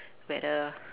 whether